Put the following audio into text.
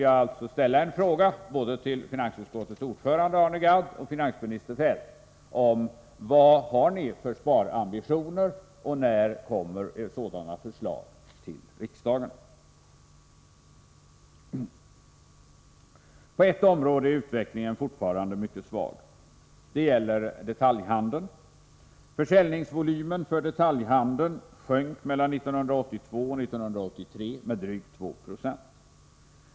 Jag vill ställa en fråga till både finansutskottets ordförande Arne Gadd och finansminister Feldt: Vad har ni för sparambitioner, och när kommer ni med sparförslag till riksdagen? På ett område är utvecklingen fortfarande mycket svag. Det gäller detaljhandeln. Försäljningsvolymen för detaljhandeln sjönk mellan 1982 och 1983 med drygt 2 96.